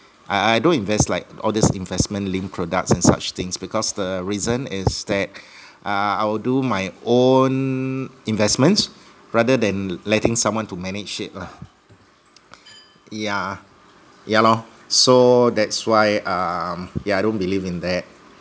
I I don't invest like all this investment linked products and such things because the reason is that uh I will do my own investments rather than letting someone to manage it lah yeah ya lor so that's why um yeah I don't believe in that